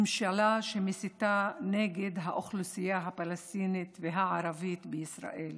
ממשלה שמסיתה נגד האוכלוסייה הפלסטינית הערבית בישראל,